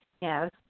yes